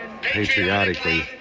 patriotically